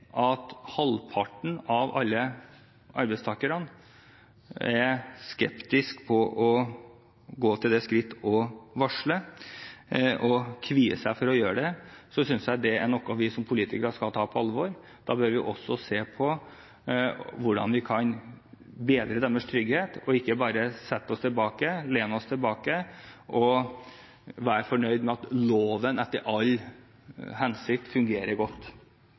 at halvparten av alle arbeidstakerne er skeptisk til å gå til det skritt å varsle og kvier seg for å gjøre det, synes jeg det er noe vi som politikere skal ta på alvor. Da bør vi også se på hvordan vi kan bedre deres trygghet og ikke bare lene oss tilbake og være fornøyd med at loven etter all hensikt fungerer godt.